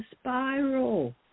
spiral